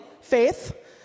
Faith